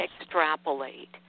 extrapolate